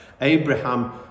Abraham